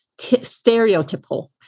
stereotypical